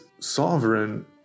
Sovereign